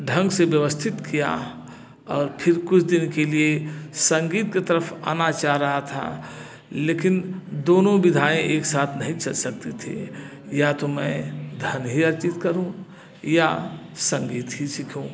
ढंग से व्यवस्थित किया और फिर कुछ दिन के लिए संगीत के तरफ आना चाह रहा था लेकिन दोनों विधाएं एक साथ नही चल सकती थी या तो मैं धन ही अर्जित करूं या संगीत ही सीखूं